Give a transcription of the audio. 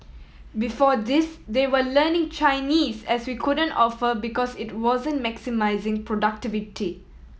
before this they were learning Chinese as we couldn't offer because it wasn't maximising productivity